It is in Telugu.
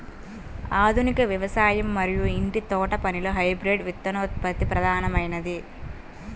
ఆధునిక వ్యవసాయం మరియు ఇంటి తోటపనిలో హైబ్రిడ్ విత్తనోత్పత్తి ప్రధానమైనది